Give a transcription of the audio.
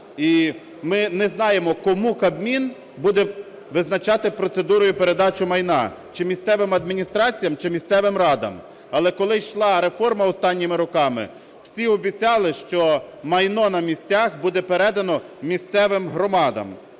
ми не знаємо, кому Кабмін буде визначати процедуру передачі майна – чи місцевим адміністраціям, чи місцевим радам. Але коли йшла реформа останніми роками, всі обіцяли, що майно на місцях буде передано місцевим громадам.